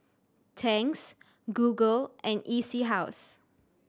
Tangs Google and E C House